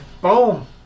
Boom